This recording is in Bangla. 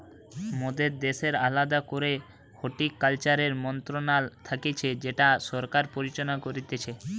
মোদের দ্যাশের আলদা করেই হর্টিকালচারের মন্ত্রণালয় থাকতিছে যেটা সরকার পরিচালনা করতিছে